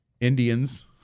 Indians